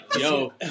yo